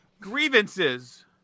Grievances